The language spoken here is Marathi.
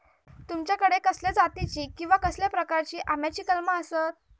तुमच्याकडे कसल्या जातीची किवा कसल्या प्रकाराची आम्याची कलमा आसत?